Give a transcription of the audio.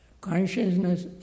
consciousness